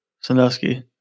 Sandusky